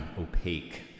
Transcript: opaque